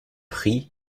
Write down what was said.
prix